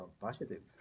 positive